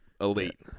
Elite